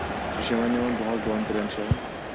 سُہ چھِ یِمَن نِوان دۄہَس دۄن ترٛٮ۪ن جاین